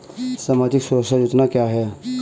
सामाजिक सुरक्षा योजना क्या है?